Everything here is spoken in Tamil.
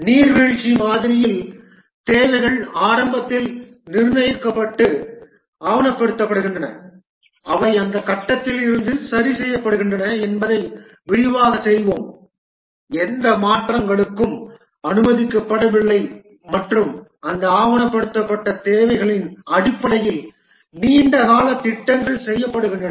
நீர்வீழ்ச்சி மாதிரியில் தேவைகள் ஆரம்பத்தில் நிர்ணயிக்கப்பட்டு ஆவணப்படுத்தப்படுகின்றன அவை அந்தக் கட்டத்தில் இருந்து சரி செய்யப்படுகின்றன என்பதை விரிவாகச் செய்வோம் எந்த மாற்றங்களும் அனுமதிக்கப்படவில்லை மற்றும் இந்த ஆவணப்படுத்தப்பட்ட தேவைகளின் அடிப்படையில் நீண்ட கால திட்டங்கள் செய்யப்படுகின்றன